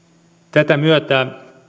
tätä myötä